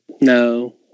No